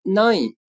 nine